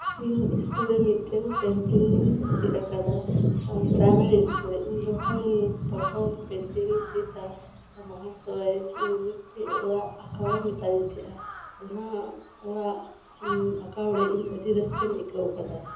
ᱤᱧ ᱥᱠᱩᱞ ᱨᱮ ᱢᱤᱫᱴᱮᱱ ᱯᱮᱱᱴᱤᱝ ᱤᱧ ᱡᱷᱤᱡ ᱟᱠᱟᱫᱟ ᱯᱨᱟᱭᱢᱟᱨᱤ ᱥᱠᱩᱞ ᱨᱮ ᱤᱧ ᱡᱚᱠᱷᱚᱱ ᱯᱨᱚᱛᱷᱚᱢ ᱯᱮᱱᱴᱤᱝ ᱤᱧ ᱪᱮᱫᱟ ᱢᱚᱦᱟᱥᱚᱭ ᱢᱤᱫᱴᱮᱱ ᱚᱲᱟᱜ ᱟᱸᱠᱟᱣ ᱮ ᱢᱮᱛᱟᱫᱤᱧ ᱛᱟᱦᱮᱸᱫᱼᱟ ᱚᱱᱟ ᱚᱲᱟᱜ ᱟᱸᱠᱟᱣ ᱨᱮ ᱤᱧ ᱟᱰᱤ ᱨᱟᱹᱥᱠᱟᱹᱧ ᱟᱹᱭᱠᱟᱹᱣ ᱠᱟᱫᱟ